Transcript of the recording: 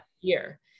year